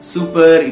Super